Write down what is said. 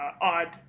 odd